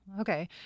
Okay